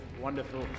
wonderful